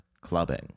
clubbing